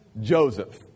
Joseph